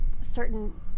certain